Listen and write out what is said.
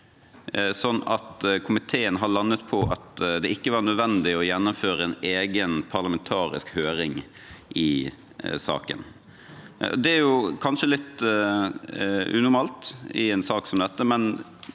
gjort at komiteen har landet på at det ikke var nødvendig å gjennomføre en egen parlamentarisk høring i saken. Det er kanskje litt unormalt i en sak som dette,